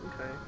Okay